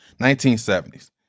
1970s